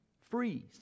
freeze